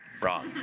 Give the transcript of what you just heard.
wrong